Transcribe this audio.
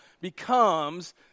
becomes